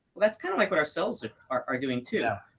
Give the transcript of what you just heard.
that's kind of like what our cells are doing, too.